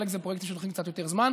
וחלק זה פרויקטים שלוקחים קצת יותר זמן.